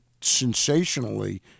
sensationally